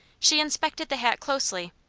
she inspected the hat closely,